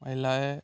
महिलाएँ